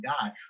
God